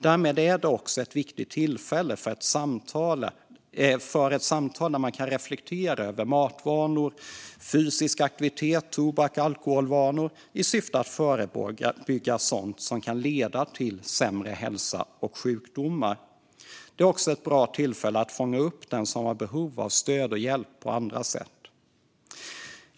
Därmed är det också ett viktigt tillfälle för ett samtal där man kan reflektera över matvanor, fysisk aktivitet samt tobaks och alkoholvanor i syfte att förebygga sådant som kan leda till sämre hälsa och sjukdomar. Det är också ett bra tillfälle att fånga upp den som har behov av stöd och hjälp på andra sätt.